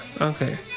Okay